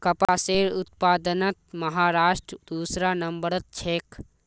कपासेर उत्पादनत महाराष्ट्र दूसरा नंबरत छेक